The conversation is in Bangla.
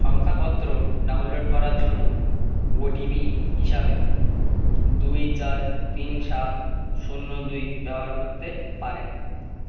শংসাপত্র ডাউনলোড করার জন্য ও টি পি হিসাবে দুই চার তিন সাত শূন্য দুই ব্যবহার করতে পারেন